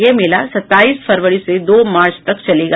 ये मेला सताईस फरवरी से दो मार्च तक चलेगा